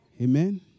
amen